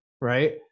right